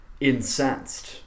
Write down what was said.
incensed